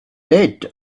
that